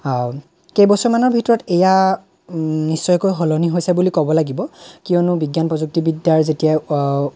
কেইবছৰমানৰ ভিতৰত এইয়া নিশ্চয়কৈ সলনি হৈছে বুলি ক'ব লাগিব কিয়নো বিজ্ঞান প্ৰযুক্তি বিদ্যাৰ যেতিয়া